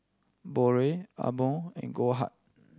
Biore Amore and Goldheart